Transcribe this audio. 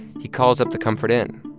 he calls up the comfort inn.